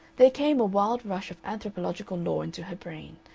there came a wild rush of anthropological lore into her brain,